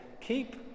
Keep